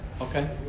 Okay